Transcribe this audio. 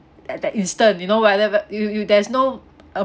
at that instant you know whatever you you there's no uh